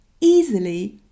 easily